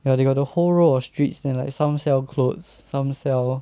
ya they got the whole row of streets then like some sell clothes some sell